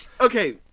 Okay